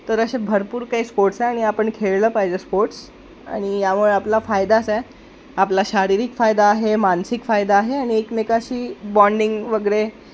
तर असे भरपूर काही स्पोर्ट्स आहे आणि आपण खेळलं पाहिजे स्पोर्ट्स आणि यामुळे आपला फायदाच आहे आपला शारीरिक फायदा आहे मानसिक फायदा आहे आणि एकमेकाशी बाँडिंग वगैरे